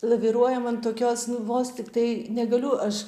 laviruojam ant tokios vos tiktai negaliu aš